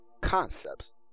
concepts